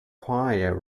choir